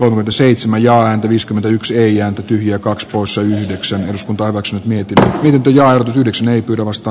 av seitsemän ja viisikymmentäyksi ei ääntä tyhjä kaks plus yhdeksän s pori works mietitään lintuja on disney tulevasta